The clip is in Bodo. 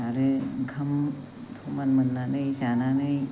आरो ओंखाम समान मोननानै जानानै